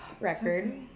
record